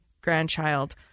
grandchild